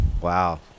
Wow